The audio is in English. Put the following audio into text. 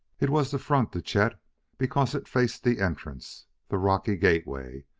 it was the front to chet because it faced the entrance, the rocky gateway,